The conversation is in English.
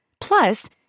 Plus